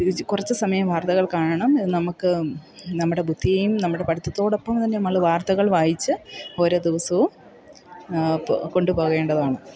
ഒരു കുറച്ച് സമയം വാർത്തകൾ കാണണം നമുക്ക് നമ്മുടെ ബുദ്ധിയെയും നമ്മുടെ പഠിത്തത്തോടൊപ്പം തന്നെ നമ്മൾ വാർത്തകൾ വായിച്ച് ഓരോ ദിവസവും പോ കൊണ്ടു പോകേണ്ടതാണ്